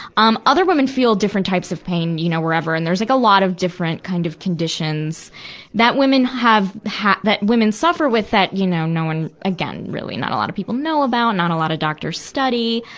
um other women feel different types of pain, you know, wherever. and there's like a lot of different kind of conditions that women have ha, that women suffer with that, you know, no one, again, really not a lot of people know about, not a lot of doctors study.